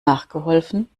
nachgeholfen